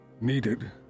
needed